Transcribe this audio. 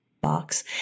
box